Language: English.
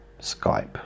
Skype